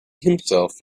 himself